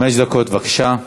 חמש דקות, בבקשה.